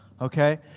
okay